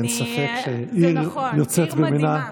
אין ספק שהעיר יוצאת דופן במינה.